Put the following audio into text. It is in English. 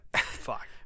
Fuck